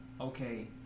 okay